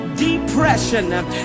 depression